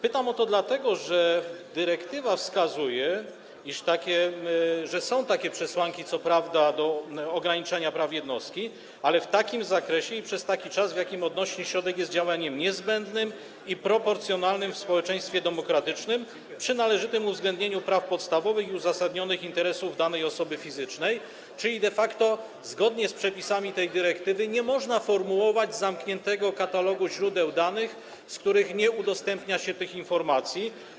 Pytam o to dlatego, że dyrektywa wskazuje, że co prawda są takie przesłanki ograniczenia praw jednostki, ale w takim zakresie i przez taki czas, w jakim odnośny środek jest działaniem niezbędnym i proporcjonalnym w społeczeństwie demokratycznym, przy należytym uwzględnieniu praw podstawowych i uzasadnionych interesów danej osoby fizycznej, czyli de facto zgodnie z przepisami tej dyrektywy nie można formułować zamkniętego katalogu źródeł danych, z których nie udostępnia się tych informacji.